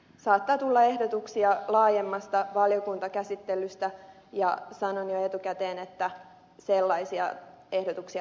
saattaa tulla ehdotuksia laajemmasta valiokuntakäsittelystä ja sanoin jo etukäteen että arvoisa puhemies